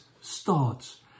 starts